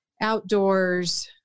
outdoors